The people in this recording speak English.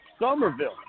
Somerville